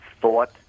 thought